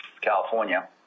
California